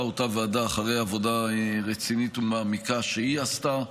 אותה ועדה אחרי עבודה רצינית ומעמיקה שהיא עשתה.